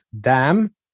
Dam